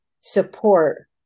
support